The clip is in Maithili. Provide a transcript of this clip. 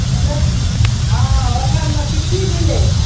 होट हाँ होटलमे कि कि मिलै हइ